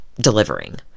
delivering